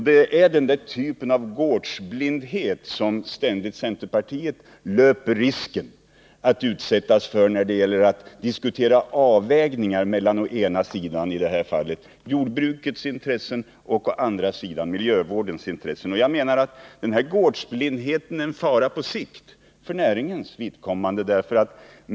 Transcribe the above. Det är den typen av gårdsblindhet som centerpartiet ständigt löper risken att utsätta sig för när det gäller att diskutera avvägningar mellan å ena sidan jordbrukets intressen och å andra sidan miljöintresset. Jag anser att den här gårdsblindheten är en fara på sikt för näringens vidkommande.